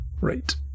Right